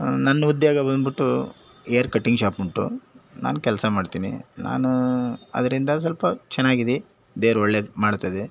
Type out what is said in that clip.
ನನ್ನ ಉದ್ಯೋಗ ಬಂದ್ಬಿಟ್ಟು ಏರ್ ಕಟ್ಟಿಂಗ್ ಶಾಪ್ ಉಂಟು ನಾನು ಕೆಲಸ ಮಾಡ್ತೀನಿ ನಾನು ಅದರಿಂದ ಸ್ವಲ್ಪ ಚೆನ್ನಾಗಿದೆ ದೇವ್ರು ಒಳ್ಳೇದು ಮಾಡ್ತದೆ